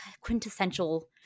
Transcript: quintessential